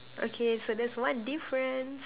okay so that's one difference